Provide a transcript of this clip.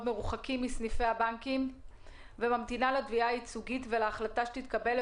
מרוחקים מסניפי הבנקים וממתינה לתביעה הייצוגית ולהחלטה שתתקבל.